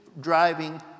driving